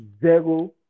zero